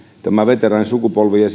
tämä veteraanisukupolvi ja